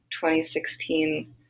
2016